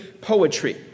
poetry